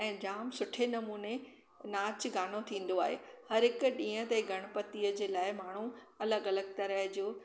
ऐं जामु सुठे नमूने नाच गानो थींदो आहे हर हिकु ॾींहं ते गणपतिअ जे लाइ माण्हू अलॻि अलॻि तरह जो